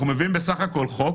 אנחנו מביאים בסך הכול חוק